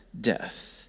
death